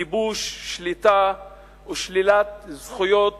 כיבוש, שליטה ושלילת זכויות